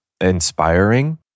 inspiring